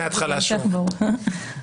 מהתחלה, שוב...